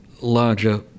larger